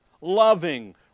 loving